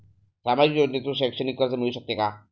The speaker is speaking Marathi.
सामाजिक योजनेतून शैक्षणिक कर्ज मिळू शकते का?